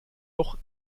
doch